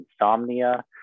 insomnia